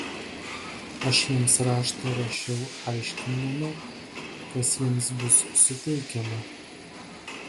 aš jiems raštą rašiau aiškindama kas jiems bus suteikiama